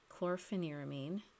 chlorpheniramine